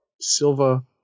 Silva